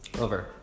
over